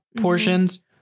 portions